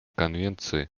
конвенции